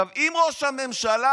אם ראש הממשלה,